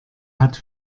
hat